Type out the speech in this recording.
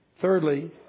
Thirdly